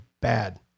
bad